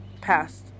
passed